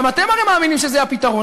גם אתם הרי מאמינים שזה הפתרון,